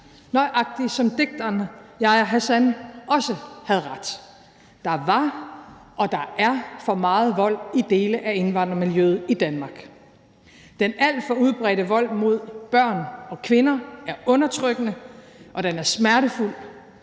nøjagtig som digteren Yahya Hassan også havde ret: Der var og der er for meget vold i dele af indvandrermiljøet i Danmark. Den alt for udbredte vold mod børn og kvinder er undertrykkende, og den er smertefuld